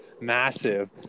massive